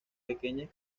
pequeñas